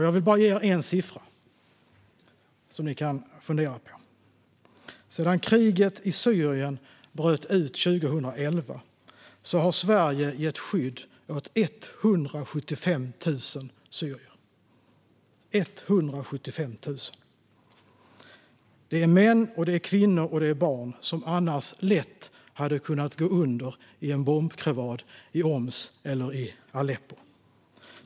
Jag vill bara ge er en siffra, som ni kan fundera på: Sedan kriget i Syrien bröt ut 2011 har Sverige gett skydd åt 175 000 syrier. Detta är män, kvinnor och barn som annars lätt hade kunnat gå under i en bombkrevad i Homs eller i Aleppo.